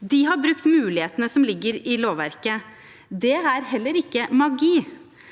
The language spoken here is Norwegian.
De har brukt mulighetene som ligger i lovverket. Det er heller ikke magi,